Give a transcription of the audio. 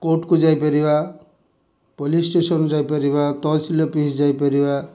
କୋର୍ଟକୁ ଯାଇପାରିବା police station ଯାଇପାରିବା ତହସିଲ ଅଫିସ୍ ଯାଇପାରିବା